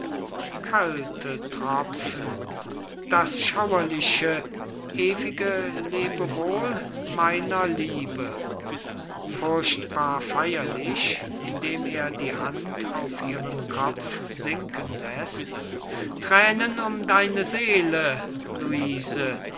tropfen das schauerliche ewige lebewohl meiner liebe furchtbar feierlich indem er die hand auf ihren kopf sinken läßt thränen um deine seele luise thränen